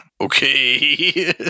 okay